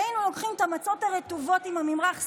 היינו לוקחים את המצות הרטובות עם ממרח הסנדוויץ'